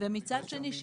ומצד שני,